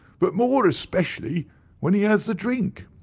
but more especially when he has the drink.